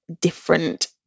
different